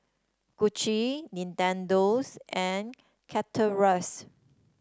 Gucci Nintendo's and Chateraise